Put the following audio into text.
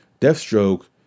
Deathstroke